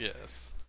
Yes